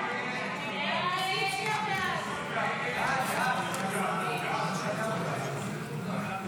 הסתייגות 52 לחלופין א לא נתקבלה.